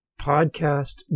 podcast